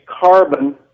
carbon